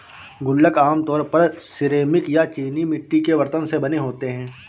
गुल्लक आमतौर पर सिरेमिक या चीनी मिट्टी के बरतन से बने होते हैं